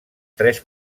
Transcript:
tres